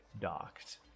docked